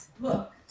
look